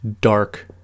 dark